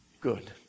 good